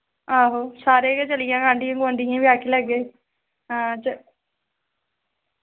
सारे गै चलगे आंढी गोआंढियें गी आक्खी लैगे आं ते